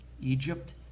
Egypt